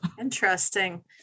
Interesting